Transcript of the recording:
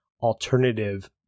alternative